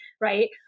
right